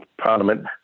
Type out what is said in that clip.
Parliament